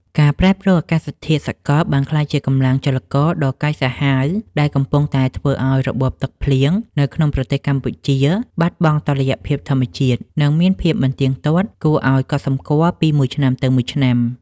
ការប្រែប្រួលអាកាសធាតុសកលបានក្លាយជាកម្លាំងចលករដ៏កាចសាហាវ ដែលកំពុងតែធ្វើឱ្យរបបទឹកភ្លៀងនៅក្នុងប្រទេសកម្ពុជាបាត់បង់តុល្យភាពធម្មជាតិ និងមានភាពមិនទៀងទាត់គួរឱ្យកត់សម្គាល់ពីមួយឆ្នាំទៅមួយឆ្នាំ។